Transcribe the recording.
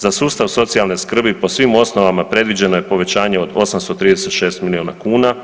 Za sustav socijalne skrbi po svim osnovama predviđeno je povećanje od 836 milijuna kuna,